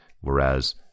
whereas